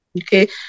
Okay